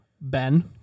ben